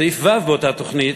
סעיף ו' באותה תוכנית: